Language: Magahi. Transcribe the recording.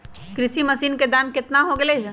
कृषि मशीन के दाम कितना हो गयले है?